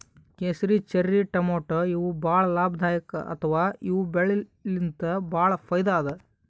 ಕೇಸರಿ, ಚೆರ್ರಿ ಟಮಾಟ್ಯಾ ಇವ್ ಭಾಳ್ ಲಾಭದಾಯಿಕ್ ಅಥವಾ ಇವ್ ಬೆಳಿಲಿನ್ತ್ ಭಾಳ್ ಫೈದಾ ಅದಾ